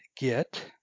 get